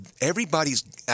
everybody's